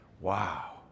Wow